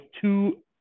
two